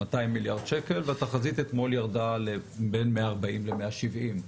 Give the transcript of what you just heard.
200 מיליארד שקל והתחזית אתמול ירדה ל-140-170 מיליארד.